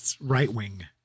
right-wing